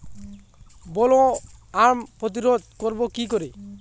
Bollworm প্রতিরোধ করব কি করে?